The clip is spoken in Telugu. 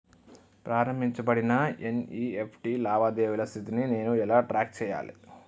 ప్రారంభించబడిన ఎన్.ఇ.ఎఫ్.టి లావాదేవీల స్థితిని నేను ఎలా ట్రాక్ చేయాలి?